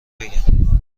بگم